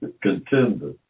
contender